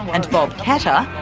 and bob catter,